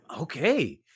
Okay